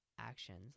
actions